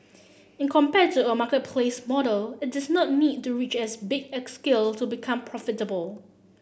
and compared to a marketplace model it does not need to reach as big a scale to become profitable